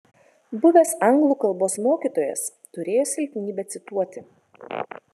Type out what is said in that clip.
buvęs anglų kalbos mokytojas turėjo silpnybę cituoti